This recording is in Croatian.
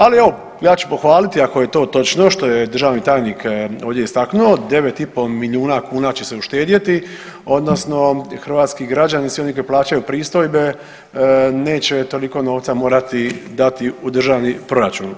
Ali evo ja ću pohvaliti ako je to točno što je državni tajnik ovdje istaknuo 9,5 milijuna kuna će se uštedjeti odnosno hrvatski građani koji plaćaju pristojbe neće toliko novca morati dati u državni proračun.